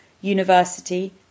university